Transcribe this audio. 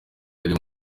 yari